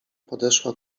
podeszła